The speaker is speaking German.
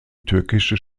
türkische